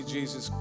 Jesus